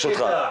ברשותך.